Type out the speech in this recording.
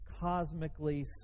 Cosmically